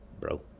bro